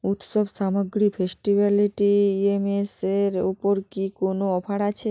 উৎসব সামগ্রী festivity EMS এর ওপর কি কোনও অফার আছে